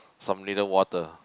some ladle water